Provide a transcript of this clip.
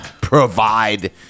provide